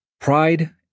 Pride